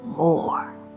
More